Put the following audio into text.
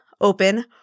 open